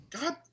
God